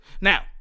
Now